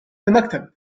المكتب